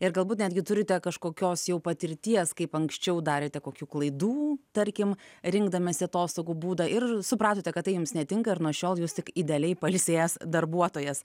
ir galbūt netgi turite kažkokios jau patirties kaip anksčiau darėte kokių klaidų tarkim rinkdamiesi atostogų būdą ir supratote kad tai jums netinka ir nuo šiol jūs tik idealiai pailsėjęs darbuotojas